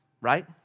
right